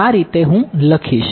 તો આ રીતે હું લખીશ